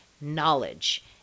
knowledge